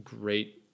great